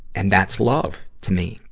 and that's love, to me.